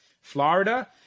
Florida